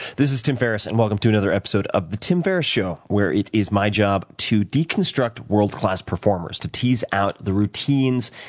this is tim ferriss and welcome to another episode of the tim ferriss show, where it is my job to deconstruct world class performers, to teas out the routines,